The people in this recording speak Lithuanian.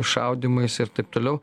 šaudymais ir taip toliau